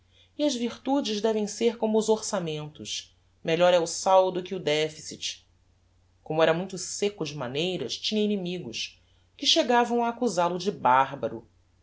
e as virtudes devem ser como os orçamentos melhor é o saldo que o deficit como era muito secco de maneiras tinha inimigos que chegavam a accusal o de barbaro